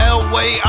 Elway